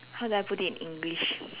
how do I put it in English